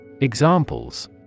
Examples